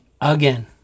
again